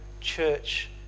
church